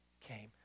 came